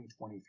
2023